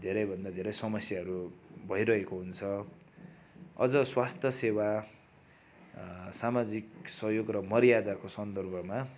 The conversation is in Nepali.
धेरैभन्दा धेरै समस्याहरू भइरहेको हुन्छ अझ स्वास्थ्य सेवा सामाजिक सहयोग र मर्यादाको सन्दर्भमा